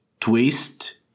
twist